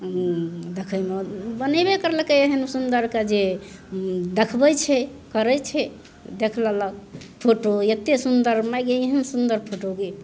देखैमे ओ बनेबे करलकै एहन सुन्दरके जे देखबै छै करै छै देखि लेलक फोटो एतेक सुन्दर माइ गे एहन सुन्दर फोटो गे